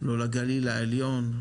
לא לגליל העליון,